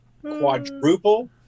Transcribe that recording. quadruple